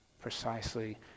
precisely